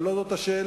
אבל לא זאת השאלה.